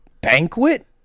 banquet